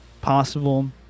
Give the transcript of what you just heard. possible